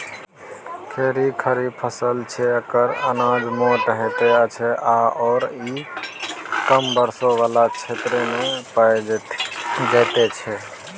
खेरही खरीफ फसल छै एकर अनाज मोट होइत अछि आओर ई कम वर्षा बला क्षेत्रमे पाएल जाइत छै